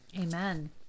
Amen